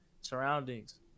surroundings